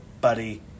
buddy